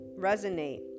resonate